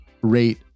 rate